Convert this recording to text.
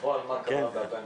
בפועל מה קרה ב-2019,